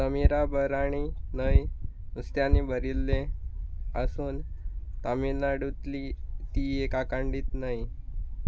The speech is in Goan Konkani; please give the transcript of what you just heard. समिराभराणी न्हंय नुस्त्यांनी भरिल्ले आसून तामिळनाडूतली ती एक आकांडीत न्हंय